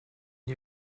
die